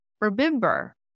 Remember